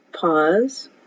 pause